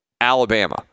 Alabama